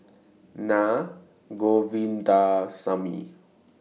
Naa Govindasamy